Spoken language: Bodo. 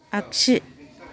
आगसि